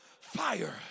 fire